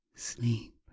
sleep